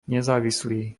nezávislý